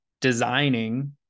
designing